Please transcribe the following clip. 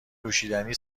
نوشیدنی